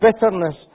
bitterness